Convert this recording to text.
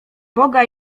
boga